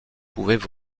pouvaient